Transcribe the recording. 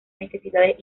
necesidades